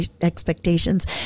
expectations